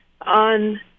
on